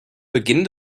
beginn